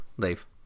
Dave